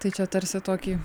tai čia tarsi tokį